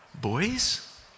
Boys